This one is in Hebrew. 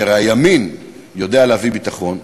כי הרי הימין יודע להביא ביטחון,